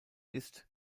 ist